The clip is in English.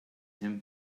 him